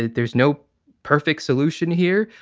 there's no perfect solution here.